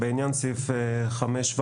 בעניין סעיף 5(ו),